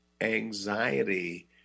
anxiety